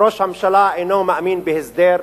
ראש הממשלה אינו מאמין בהסדר,